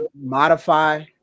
modify